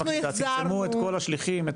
פרסמו את כל השליחים,